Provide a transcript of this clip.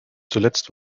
zuletzt